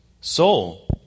Soul